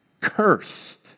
cursed